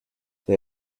they